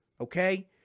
okay